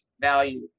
value